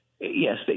Yes